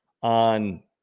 on